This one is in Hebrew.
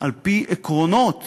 על-פי עקרונות